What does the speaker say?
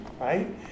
Right